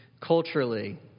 culturally